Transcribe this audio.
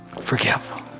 Forgive